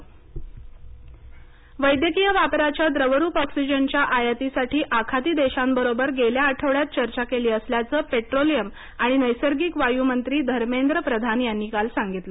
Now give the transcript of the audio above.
प्रधान वैद्यकीय वापराच्या द्रवरूप ऑक्सिजनच्या आयातीसाठी आखाती देशांबरोबर गेल्या आठवड्यात चर्चा केली असल्याचं पेट्रोलियम आणि नैसर्गिक वायू मंत्री धर्मेंद्र प्रधान यांनी काल सांगितलं